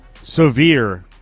severe